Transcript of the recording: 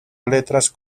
letras